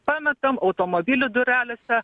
pametam automobilių durelėse